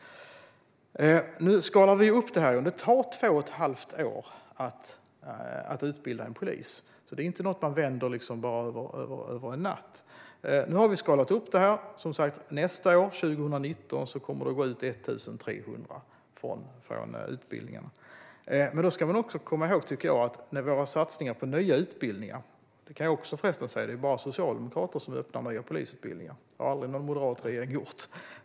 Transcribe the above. Nu skalar vi upp det här. Det tar två och ett halvt år att utbilda en polis, så detta är inget som man vänder bara över en natt. Nu har vi som sagt skalat upp detta, och nästa år, 2019, kommer det att gå ut 1 300 från utbildningen. Det är bara socialdemokrater som öppnar nya polisutbildningar. Det har aldrig någon moderatregering gjort.